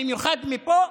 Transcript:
במיוחד מפה,